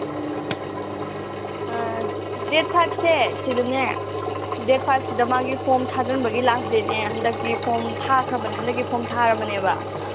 ꯑꯥ date ꯐꯥꯏꯚꯁꯦ ꯁꯤꯗꯅꯦ date ꯐꯥꯏꯚꯁꯤꯗ ꯃꯥꯒꯤ ꯐꯣꯝ ꯊꯥꯖꯤꯟꯕꯒꯤ ꯂꯥꯁ ꯗꯦꯠꯅꯦ ꯍꯟꯗꯛꯀꯤ ꯐꯣꯝ ꯊꯥꯈ꯭ꯔꯕꯅꯦ ꯍꯟꯗꯛꯀꯤ ꯐꯣꯝ ꯊꯥꯔꯕꯅꯦꯕ